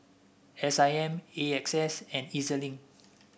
S I M A X S and E Z Link